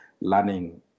learning